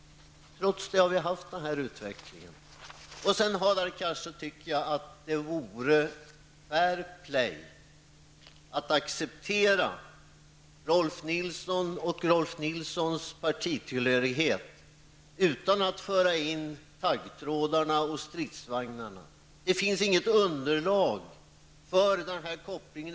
Trots det har vi haft den utveckling vi alla känner till. Sedan, Hadar Cars, tycker jag att det vore fair play att acceptera Rolf Nilson och hans partitillhörighet och inte föra in taggtråd och stridsvagnar i debatten. Det finns inget underlag för den kopplingen.